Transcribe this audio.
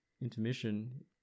Intermission